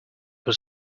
was